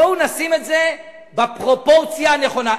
בואו נשים את זה בפרופורציה הנכונה.